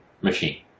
machine